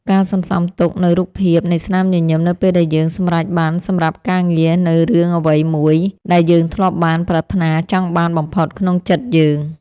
ការសន្សំទុកនូវរូបភាពនៃស្នាមញញឹមនៅពេលដែលយើងសម្រេចបានសម្រាប់ការងារនូវរឿងអ្វីមួយដែលយើងធ្លាប់បានប្រាថ្នាចង់បានបំផុតក្នុងចិត្តយើង។